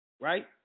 Right